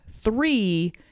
three